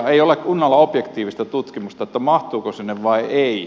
ei ole kunnolla objektiivista tutkimusta mahtuuko sinne vai ei